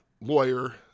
lawyer